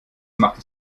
machte